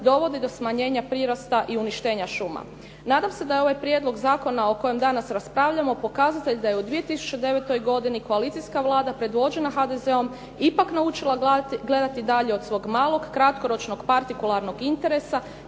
dovodi do smanjenja prirasta i uništenja šuma. Nadam se da je ovaj prijedlog zakona o kojem danas raspravljamo pokazatelj da je u 2009. godini koalicijska Vlada predvođena HDZ-om ipak naučila gledati dalje od svog malog kratkoročnog partikularnog interesa